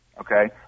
Okay